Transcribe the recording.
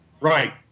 Right